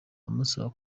amusaba